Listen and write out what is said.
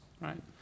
right